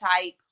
type